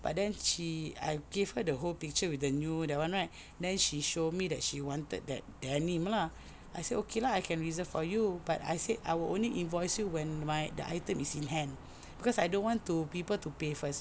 but then she I gave her the whole picture with the new that one right then she show me that she wanted that denim lah I said okay lah I can reserve for you but I said I will only invoice you when my the item is in hand cause I don't want to people to pay first